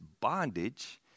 bondage